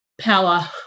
Power